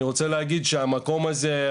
אני רוצה להגיד המקום הזה,